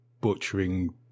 butchering